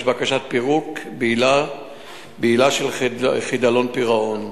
בקשות פירוק בעילה של חדלות פירעון.